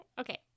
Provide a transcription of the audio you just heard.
okay